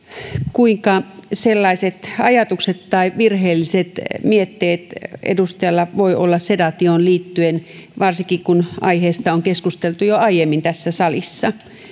kuinka sellaiset ajatukset tai virheelliset mietteet edustajalla voivat olla sedaatioon liittyen varsinkin kun aiheesta on keskusteltu jo aiemmin tässä salissa